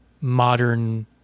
modern